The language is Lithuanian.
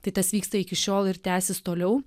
tai tas vyksta iki šiol ir tęsis toliau